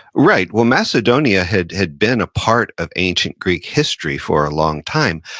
right. well, macedonia had had been a part of ancient greek history for a long time.